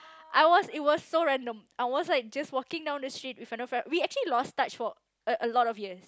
I was it was so random I was like just walking down the street with another friend we actually lost touch for a lot of years